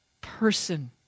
person